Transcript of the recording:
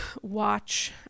watch